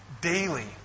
daily